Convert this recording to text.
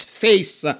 face